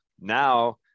now